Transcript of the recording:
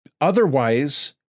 Otherwise